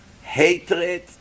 hatred